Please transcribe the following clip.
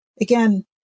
Again